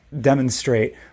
demonstrate